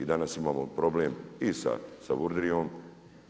I danas imamo problem i sa Savurdijom